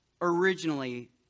originally